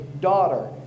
daughter